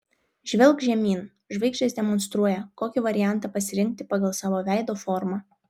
žvelk žemyn žvaigždės demonstruoja kokį variantą pasirinkti pagal savo veido formą